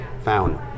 found